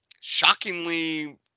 shockingly